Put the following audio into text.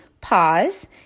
pause